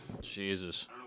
Jesus